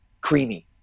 creamy